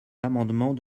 l’amendement